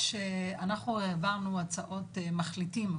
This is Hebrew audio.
כשאנחנו העברנו הצעות מחליטים,